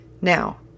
Now